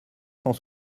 cent